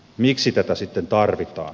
miksi tätä sitten tarvitaan